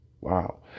wow